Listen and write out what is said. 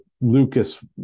Lucas